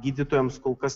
gydytojams kol kas